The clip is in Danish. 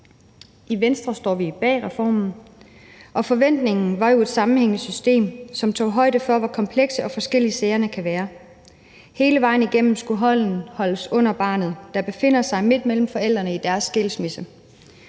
I Venstre står vi bag reformen, og forventningen var jo et sammenhængende system, som tog højde for, hvor komplekse og forskellige sagerne kan være. Hele vejen igennem skulle hånden holdes under barnet, der befinder sig midt mellem forældrene i deres skilsmisse.